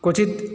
क्वचित्